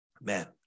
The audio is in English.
Man